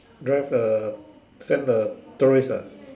drive the send the tourist ah